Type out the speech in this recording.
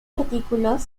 artículos